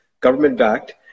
government-backed